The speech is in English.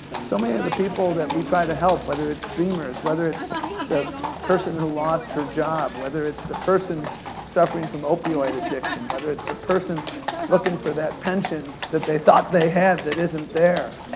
so many ah other people that we try to help, whether it's dreamers, whether it's the person who lost her job, whether it's the person suffering from opiod addiction, whether it's the person lookin' for that pension that they thought they had that isn't there.